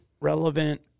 relevant